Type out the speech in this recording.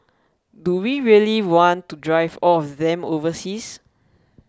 do we really want to drive all of them overseas